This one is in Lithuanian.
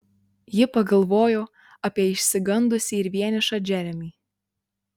ji pagalvojo apie išsigandusį ir vienišą džeremį